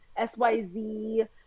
SYZ